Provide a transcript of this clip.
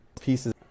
pieces